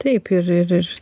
taip ir ir ir